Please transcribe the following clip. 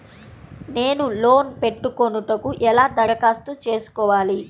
నేను లోన్ పెట్టుకొనుటకు ఎలా దరఖాస్తు చేసుకోవాలి?